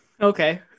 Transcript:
Okay